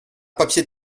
papier